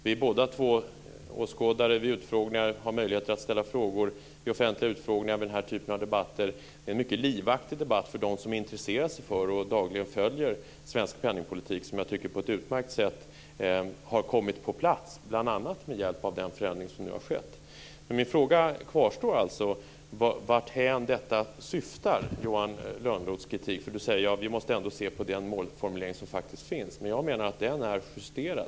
Vi är båda två åskådare vid utfrågningar och har möjlighet att ställa frågor vid offentliga utfrågningar och vid den här typen av debatter. Det är en mycket livaktig debatt för dem som intresserar sig för och dagligen följer svensk penningpolitik som jag tycker på ett utmärkt sätt har kommit på plats, bl.a. med hjälp av den förändring som nu har skett. Min fråga om varthän Johan Lönnroths kritik syftar kvarstår ändå. Han säger: Vi måste ändå se på den målformulering som faktiskt finns. Men jag menar att den är justerad.